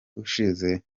ushize